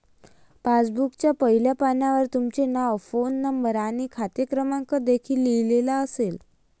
पासबुकच्या पहिल्या पानावर तुमचे नाव, फोन नंबर आणि खाते क्रमांक देखील लिहिलेला असेल